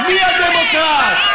מי הדמוקרט,